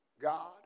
God